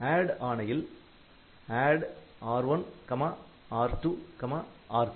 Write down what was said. ADD ஆணையில் ADD R1R2 R3